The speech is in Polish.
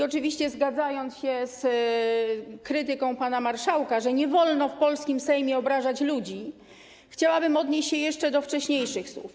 Oczywiście zgadzam się z krytyką pana marszałka, że nie wolno w polskim Sejmie obrażać ludzi, ale chciałabym odnieść się jeszcze do wcześniejszych słów.